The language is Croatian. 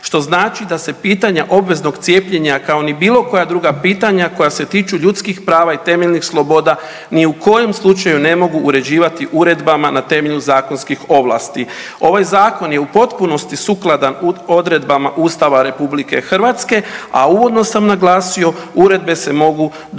što znači da se pitanja obveznog cijepljenja kao ni bilo koja druga pitanja koja se tiču ljudskih prava i temeljnih sloboda ni u kojem slučaju ne mogu uređivati uredbama na temelju zakonskih ovlasti. Ovaj zakon je u potpunosti sukladan odredbama Ustava RH, a uvodno sam naglasio uredbe se mogu donijeti